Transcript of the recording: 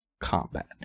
combat